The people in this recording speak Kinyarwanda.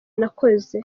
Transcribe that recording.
nakoze